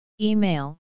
Email